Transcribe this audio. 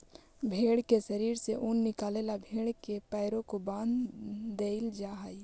भेंड़ के शरीर से ऊन निकाले ला भेड़ के पैरों को बाँध देईल जा हई